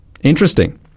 Interesting